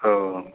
तऽ